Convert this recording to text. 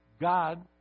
God